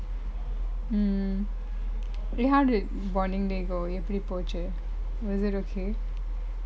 mm eh how did bowling day go எப்படி போச்சு:yeppadi pochu is it okay